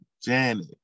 Janet